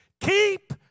keep